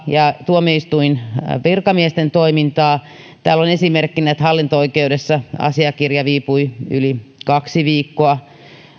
ja tuomioistuinvirkamiesten toimintaa ja täällä on esimerkkinä että hallinto oikeudessa asiakirja viipyi yli kaksi viikkoa